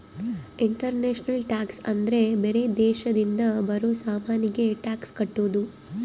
international tax ಅಂದ್ರ ಬೇರೆ ದೇಶದಿಂದ ಬರೋ ಸಾಮಾನಿಗೆ ಟ್ಯಾಕ್ಸ್ ಕಟ್ಟೋದು